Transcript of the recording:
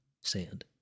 Sand